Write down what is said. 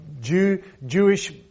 Jewish